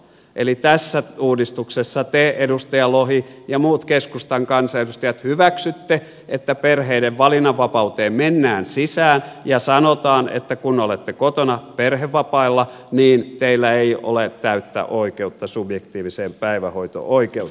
eli tässä uudistuksessa te edustaja lohi ja muut keskustan kansanedustajat hyväksytte että perheiden valinnanvapauteen mennään sisään ja sanotaan että kun olette kotona perhevapailla niin teillä ei ole täyttä oikeutta subjektiiviseen päivähoito oikeuteen